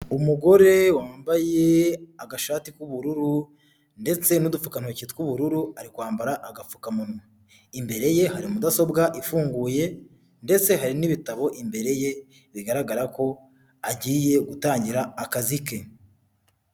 Umugore wambaye agashati k'ubururu ndetse n'udupfukantoki tw'ubururu ari kwambara agapfukamunwa, imbere ye hari mudasobwa ifunguye ndetse hari n'ibitabo imbere ye bigaragara ko agiye gutangira akazi ke.